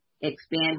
expand